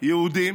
יהודים